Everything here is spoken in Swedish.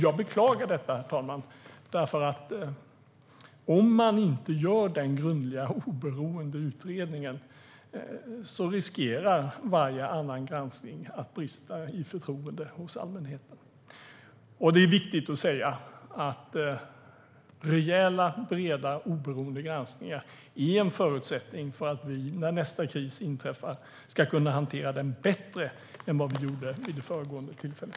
Jag beklagar detta, herr talman. Om man inte gör en grundlig och oberoende utredning riskerar varje annan granskning att brista i förtroende hos allmänheten. Det är viktigt att säga att rejäla, breda och oberoende granskningar är en förutsättning för att vi ska kunna hantera nästa kris bättre än den föregående.